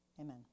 Amen